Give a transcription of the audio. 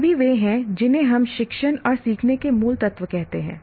सभी वे हैं जिन्हें हम शिक्षण और सीखने के मूल तत्व कहते हैं